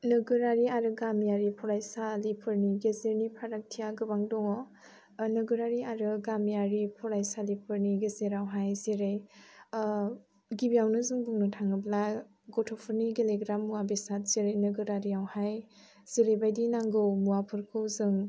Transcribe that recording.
नोगोरारि आरो गामियारि फरायसालिफोरनि गेजेरनि फारागथिया गोबां दङ नोगोरारि आरो गामियारि फरायसालिफोरनि गेजेरावहाय जेरै गिबियावनो जों बुंनो थाङोब्ला गथ'फोरनि गेलेग्रा मुवा बेसाद जेरै नोगोरआवहाय जेरैबायदि नांगौ मुवाफोरखौ जों